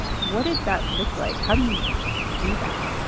what did that look like? how do you do that?